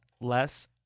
less